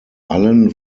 allen